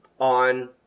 on